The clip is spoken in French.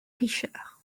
richer